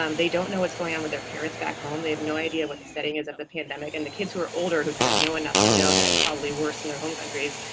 um they don't know what's going on with their parents back home. they have no idea what the setting is of the pandemic. and the kids who are older, who kind of know enough to know that it's probably worse in their home countries,